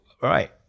Right